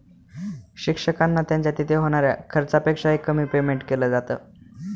शिक्षकांना त्यांच्या तिथे होणाऱ्या खर्चापेक्षा ही, कमी पेमेंट केलं जात